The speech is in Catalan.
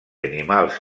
animals